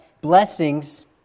blessings